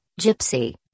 Gypsy